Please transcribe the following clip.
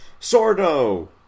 Sordo